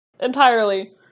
entirely